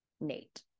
Nate